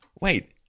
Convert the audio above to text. Wait